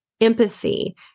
empathy